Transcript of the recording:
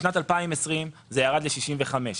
בשנת 2020 זה ירד ל-65,000.